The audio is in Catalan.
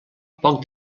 poc